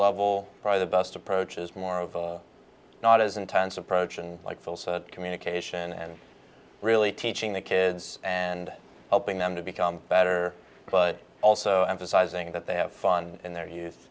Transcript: level probably the best approach is more of a not as intense approach and like phil said communication and really teaching the kids and helping them to become better but also emphasizing that they have fun in their